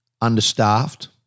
understaffed